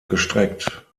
gestreckt